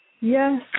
Yes